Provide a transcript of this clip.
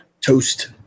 Toast